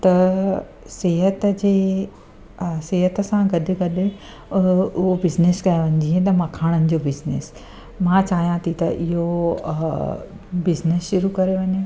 त सिहत जे सिहत सां गॾु गॾु उहा बिज़नेस कयां जीअं त मखाणनि जो बिज़नेस मां चाहियां थी त इहो बिज़नेस शुरू करे वञे